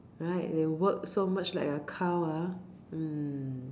right they work so much like a cow ah mm